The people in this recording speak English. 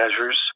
measures